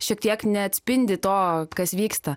šiek tiek neatspindi to kas vyksta